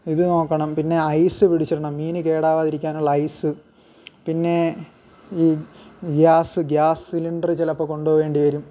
ഇത് നോക്കണം പിന്നെ ഐസ് പിടിച്ചിടണം മീൻ കേടാകാതിരിക്കാനുള്ള ഐസ് പിന്നെ ഈ ഗ്യാസ് ഗ്യാസ് സിലിണ്ടറ് ചിലപ്പോൾ കൊണ്ടുപോകേണ്ടി വരും